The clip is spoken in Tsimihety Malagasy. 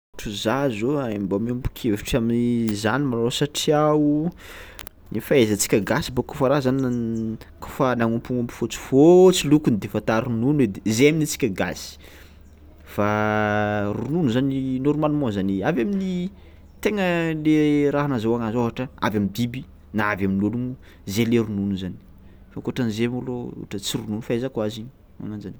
Ohatra za zao ai mbô miombon-kevitry amin'ny zany malôha satria o ny fahaizantsika gasy boka kaofa raha zany n- kaofa nagnompignompy fôtsifôtsy lokony de fa ata ronono edy, zay amin'ny antsika gasy fa ronono zany normalement zany avy amin'ny tegna le raha nahazahoàgna azy ôhatra avy am'biby na avy amin'ôlogno zay le ronono zany fa ankoatran'zay malôha ohatran'ny tsy ronono fahaizako azy, magnan-jany.